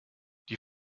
die